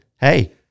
hey